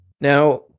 Now